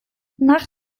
nach